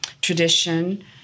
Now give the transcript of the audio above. tradition